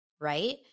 right